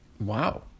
Wow